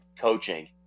coaching